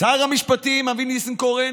שר המשפטים אבי ניסנקורן